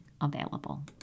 available